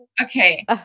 Okay